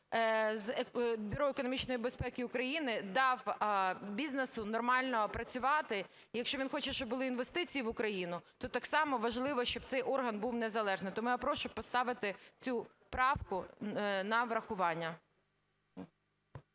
Бюро економічної безпеки України дав бізнесу нормально працювати. І якщо він хоче, щоб були інвестиції в Україну, то так само важливо, щоб цей орган був незалежний. Тому я прошу поставити цю правку на врахування.